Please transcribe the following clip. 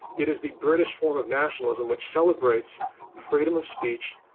it is the british form of nationalism which celebrates freedom of speech,